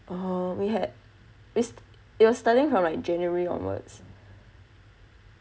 orh we had this it was starting from like january onwards